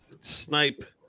snipe